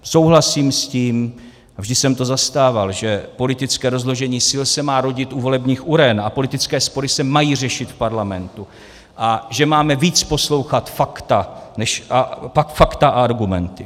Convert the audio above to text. Souhlasím s tím, vždy jsem to zastával, že politické rozložení sil se má rodit u volebních uren a politické spory se mají řešit v parlamentu a že máme víc poslouchat fakta a argumenty.